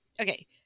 okay